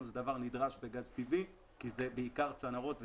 הוא דבר נדרש בגז טבעי כי אלה בעיקר צנרות ותשתית.